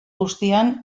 guztian